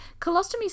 colostomies